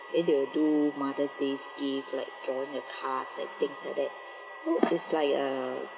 then they will do mother day gifts like drawing a cards like things like that so it's like a uh